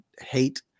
hate